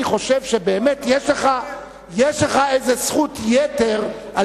אני חושב שבאמת יש לך איזו זכות יתר על